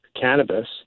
cannabis